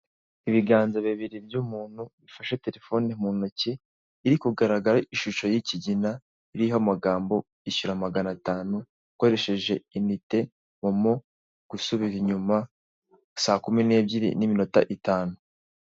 Ibiganza bibiri by'umuntu, bifashe telefone mu nkoti, iri kugaragara ishusho y'ikigina, iriho amagambo "Ishyura magana atanu ukoresheje inite, MoMo, gusubira inyuma, saa kumi n'ebyiri n'iminota itanu."